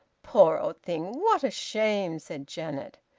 poor old thing! what a shame! said janet.